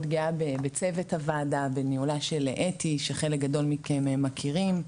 מאוד גאה בצוות הוועדה בניהולה של אתי שחלק גדול מכם מכירים,